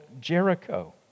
Jericho